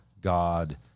God